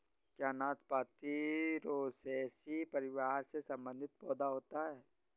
क्या नाशपाती रोसैसी परिवार से संबंधित पौधा होता है?